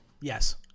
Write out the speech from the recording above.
yes